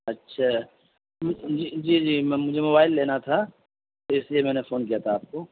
اچھا جی جی جی مجھے موبائل لینا تھا تو اس لیے میں نے فون کیا تھا آپ کو